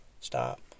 Stop